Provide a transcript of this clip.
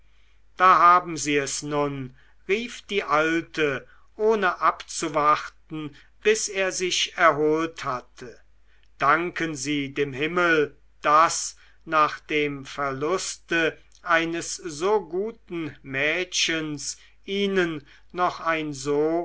da haben sie es nun rief die alte ohne abzuwarten bis er sich erholt hatte danken sie dem himmel daß nach dem verluste eines so guten mädchens ihnen noch ein so